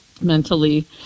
mentally